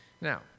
Now